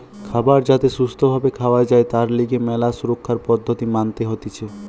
খাবার যাতে সুস্থ ভাবে খাওয়া যায় তার লিগে ম্যালা সুরক্ষার পদ্ধতি মানতে হতিছে